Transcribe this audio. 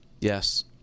Yes